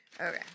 Okay